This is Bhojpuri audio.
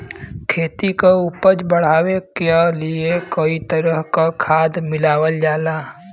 खेती क उपज बढ़ावे क लिए कई तरह क खाद मिलावल जाला